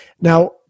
Now